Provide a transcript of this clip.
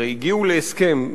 הרי הגיעו להסכם,